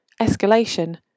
Escalation